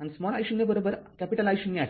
आणि small I0 I0आहे